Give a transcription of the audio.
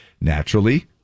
naturally